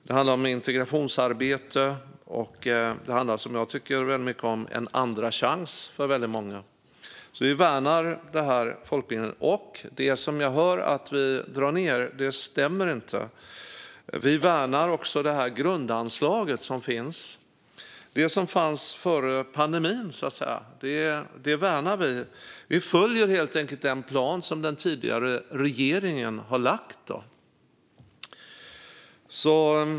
Det handlar om integrationsarbete och om en andra chans för väldigt många, vilket jag tycker mycket om. Det jag hör om att vi drar ned stämmer inte. Vi värnar det grundanslag som finns och som fanns före pandemin. Vi följer helt enkelt den plan som den tidigare regeringen har lagt fram.